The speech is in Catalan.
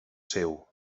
seu